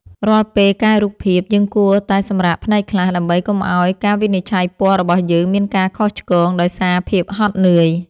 រាល់ពេលកែរូបភាព យើងគួរតែសម្រាកភ្នែកខ្លះ ដើម្បីកុំឱ្យការវិនិច្ឆ័យពណ៌របស់យើងមានការខុសឆ្គងដោយសារភាពហត់នឿយ។